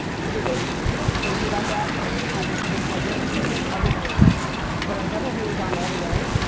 to say the least. you know what's crazy about that like having people plug in, i've said this publicly but i've never really gone all the way.